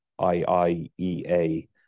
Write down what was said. IIEA